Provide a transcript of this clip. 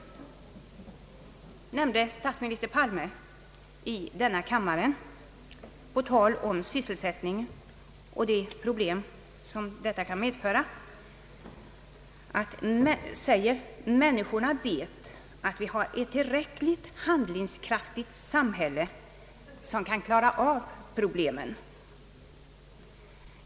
I går nämnde statsminister Palme i denna kammare på tal om sysselsättningen och de problem som där kan uppstå att människorna vet att vi har ett tillräckligt handlingskraftigt samhälle som kan klara av problemen.